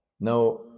Now